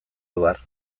abar